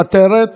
מוותרת,